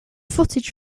footage